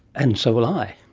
and so will i,